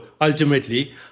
ultimately